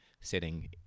sitting